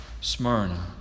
Smyrna